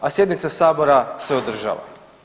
A sjednica Sabora se održava.